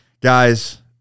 guys